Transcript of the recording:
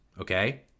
okay